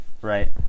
Right